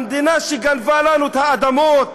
המדינה שגנבה לנו את האדמות,